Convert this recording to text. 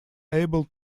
able